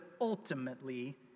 ultimately